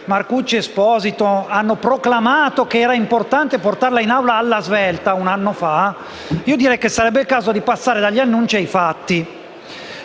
Marcucci ed Esposito hanno proclamato un anno fa che era importante portarla in Aula alla svelta, direi che sarebbe il caso di passare dagli annunci ai fatti.